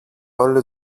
όλη